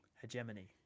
hegemony